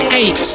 eight